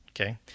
Okay